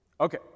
Okay